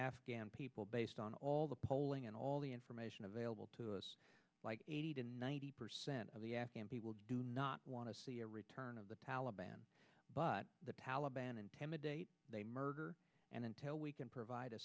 afghan people based on all the polling and all the information available to us like eighty to ninety percent of the afghan people do not want to see a return of the taliban but the taliban intimidate they murder and until we can provide a